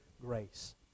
grace